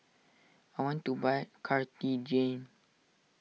I want to buy Cartigain